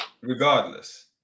regardless